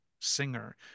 singer